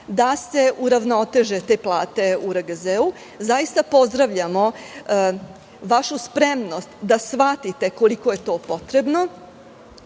da se u ravnoteže te plate u RGZ i zaista pozdravljamo vašu spremnost da shvatite koliko je to potrebno